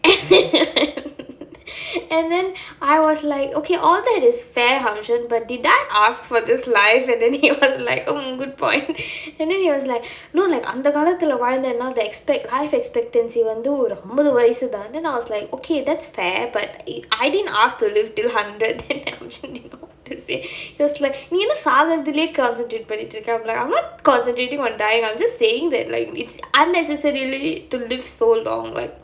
and then I was like okay all that is fair hum chin but did I ask for this life and then he was like mmhmm good point and then he was like no like அந்த காலத்துல வாழ்த்தேனா:antha kaalathula vaalnthenaa the expec~ life expectancy வந்து ஒரு அம்பது வயசு தான்:vanthu oru ambathu vayasu thaan then I was like okay that's fair but eh I didn't asked to live till hundred then hum chin didn't know what to say he was like நீ என்னா சாகுரதுல:nee enna saagurathula concentrate பண்ணிட்டிருக்கே:pannittirukkae I'm like I'm not concentrating on dying I'm just saying that like its unneccessarily to live so long